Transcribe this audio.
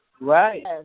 Right